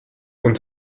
und